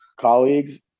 colleagues